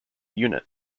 unit